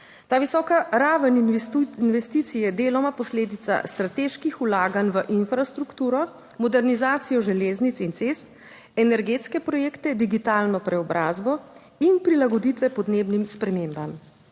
Ta visoka raven investicij je deloma posledica strateških vlaganj v infrastrukturo modernizacijo železnic in cest, energetske projekte, digitalno preobrazbo in prilagoditve podnebnim **27.